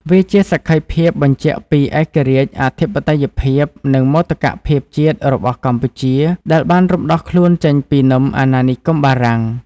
វាជាសក្ខីភាពបញ្ជាក់ពីឯករាជ្យ អធិបតេយ្យភាព និងមោទកភាពជាតិរបស់កម្ពុជា ដែលបានរំដោះខ្លួនចេញពីនឹមអាណានិគមបារាំង។